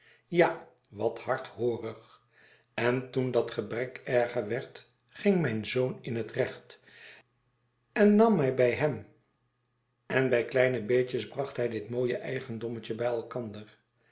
ja wat hardhoorig en toen dat gebrek erger werd ging mijn zoon in het recht en nam mij bij hem en by kleine beetjes bracht hij dit mooie eigendommetje bij elkander